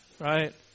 right